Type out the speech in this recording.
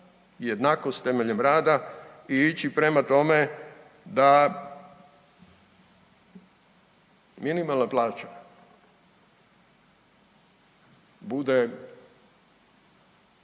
jednakost temeljem rada i ići prema tome da minimalna plaća bude